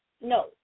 No